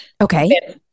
Okay